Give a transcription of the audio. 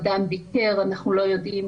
אנחנו לא יודעים